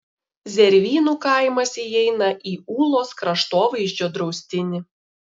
zervynų kaimas įeina į ūlos kraštovaizdžio draustinį